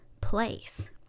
place